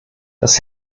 das